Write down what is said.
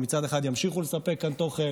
שמצד אחד ימשיכו לספק כאן תוכן,